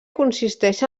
consisteix